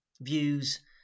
views